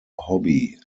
hobby